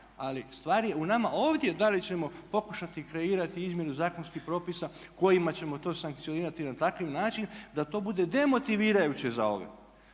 ali stvar je u nama ovdje da li ćemo pokušati kreirati izmjenu zakonskih propisa kojima ćemo to sankcionirati na takav način da to bude demotivirajuće za ove.